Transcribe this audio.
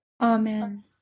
Amen